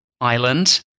Island